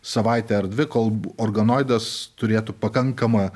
savaitę ar dvi kol organoidas turėtų pakankamą